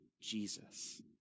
Jesus